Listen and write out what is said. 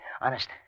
Honest